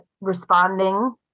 responding